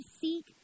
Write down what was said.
seek